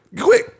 Quick